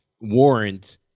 warrant